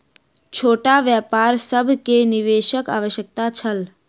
छोट व्यापार सभ के निवेशक आवश्यकता छल